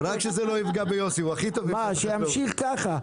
שימשיך ככה,